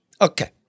Okay